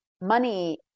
money